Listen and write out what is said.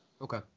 Okay